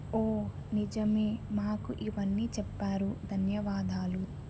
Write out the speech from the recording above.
ఓ నిజమే మాకు ఇవన్నీ చెప్పారు ధన్యవాదాలు